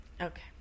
Okay